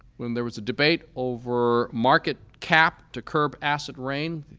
when there was a debate over market cap to curb acid rain,